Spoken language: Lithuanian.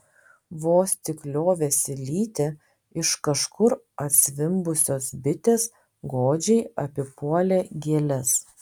vos tik liovėsi lytį iš kažkur atzvimbusios bitės godžiai apipuolė gėles